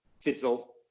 fizzle